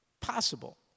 possible